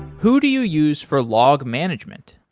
who do you use for log management?